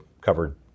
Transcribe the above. covered